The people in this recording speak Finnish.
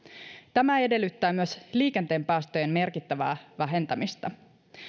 tämä edellyttää myös liikenteen päästöjen merkittävää vähentämistä